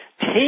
Take